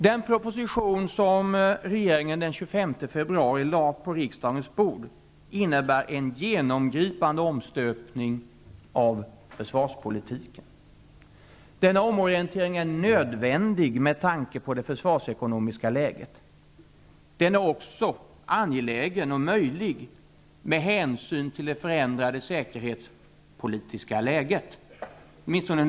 Den proposition som regeringen den 25 februari lade på riksdagens bord innebär en genomgripande omstöpning av försvarspolitiken. Denna omorientering är nödvändig med tanke på det försvarsekonomiska läget. Den är också angelägen och möjlig med hänsyn till det förändrade säkerhetspolitiska läget.